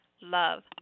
love